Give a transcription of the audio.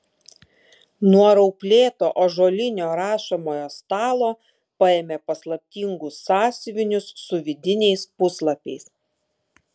nuo rauplėto ąžuolinio rašomojo stalo paėmė paslaptingus sąsiuvinius su vidiniais puslapiais